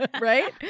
Right